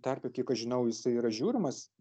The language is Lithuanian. tarpe kiek aš žinau jisai yra žiūrimas